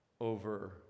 over